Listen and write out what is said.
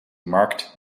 marked